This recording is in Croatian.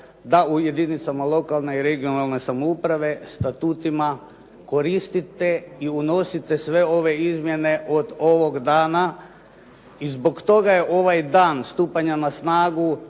da u jedinicama lokalne i regionalne samouprave statutima koristite i unosite sve ove izmjene od ovog dana i zbog toga je ovaj dan stupanja na snagu